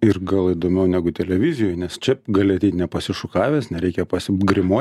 ir gal įdomiau negu televizijoj nes čia gali ateit nepasišukavęs nereikia pasigrimuo